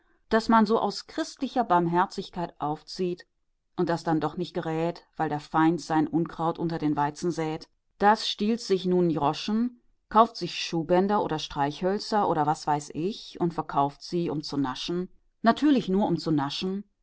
das man so aus christlicher barmherzigkeit aufzieht und das doch nicht gerät weil der feind sein unkraut unter den weizen sät das stiehlt sich nun n jroschen kauft sich schuhbänder oder streichhölzer oder was weiß ich und verkauft sie um zu naschen natürlich nur um zu naschen